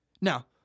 Now